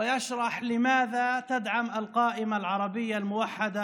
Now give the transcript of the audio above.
הרשימה הערבית המאוחדת,